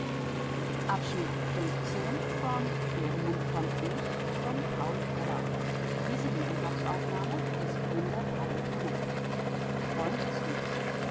ist hat in der